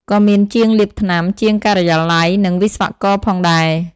ក៏មានជាងលាបថ្នាំ ជាងការិយាល័យ និងវិស្វករផងដែរ។